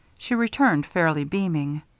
she returned fairly beaming.